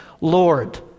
Lord